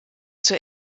zur